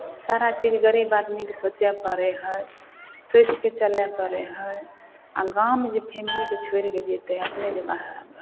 सारा चीज गरीब आदमीकेँ सोचय पड़ै हइ सोचि कऽ चलय पड़ै हइ आ गाँवमे जे फैमिलीके छोड़ि कऽ जेतै अपने जे बाहर